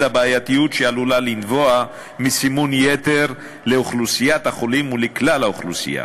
הבעייתיות שעלולה לנבוע מסימון יתר לאוכלוסיית החולים ולכלל האוכלוסייה.